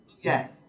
Yes